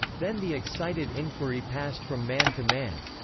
then the excited inquiry passed from man to man.